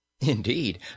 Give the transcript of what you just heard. Indeed